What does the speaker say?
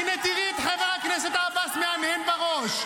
הינה, תראי את חבר הכנסת עבאס מהנהן בראש.